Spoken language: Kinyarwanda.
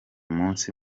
munsi